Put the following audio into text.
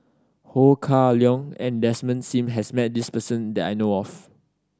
Ho Kah Leong and Desmond Sim has met this person that I know of